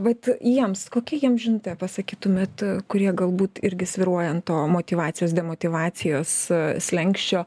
vat jiems kokie jiems žinutę pasakytumėt kurie galbūt irgi svyruoja ant to motyvacijos demotyvacijos slenksčio